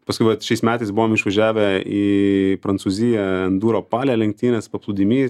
paskui vat šiais metais buvom išvažiavę į prancūziją enduro pale lenktynes paplūdimy